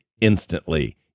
instantly